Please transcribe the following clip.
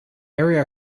area